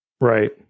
Right